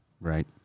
Right